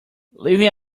living